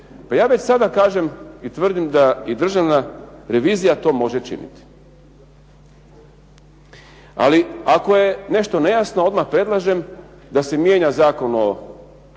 Pa ja već sada kažem i tvrdim da i Državna revizija to može činiti, ali ako je nešto nejasno odmah predlažem da se mijenja Zakon o